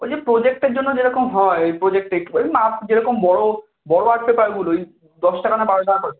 ওই যে প্রোজেক্টের জন্য যেরকম হয় ওই প্রোজেক্টে একটু ওই মাপ যেরকম বড়ো বড়ো আর্ট পেপারগুলোই দশ টাকা না বারো টাকা করে